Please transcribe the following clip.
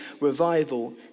revival